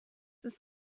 ist